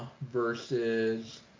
versus